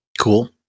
Cool